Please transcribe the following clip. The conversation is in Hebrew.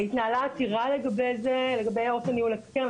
התנהלה עתירה לגבי אופן ניהול הקרן,